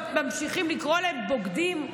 ממשיכים לקרוא להם "בוגדים",